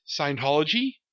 Scientology